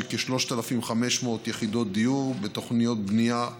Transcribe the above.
כ-3,500 יחידות דיור בתוכניות בנייה זמינות,